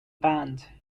band